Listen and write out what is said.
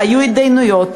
היו התדיינויות,